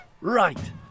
Right